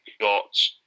got